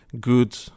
good